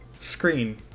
screen